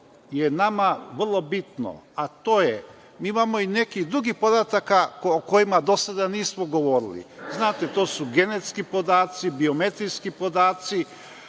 je nama vrlo bitno, a to je, mi imamo i nekih drugih podataka o kojima do sada nismo govorili. Znate, to su genetski podaci, biometrijski podaci.